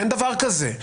אין דבר כזה.